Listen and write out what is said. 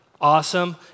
Awesome